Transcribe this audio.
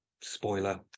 spoiler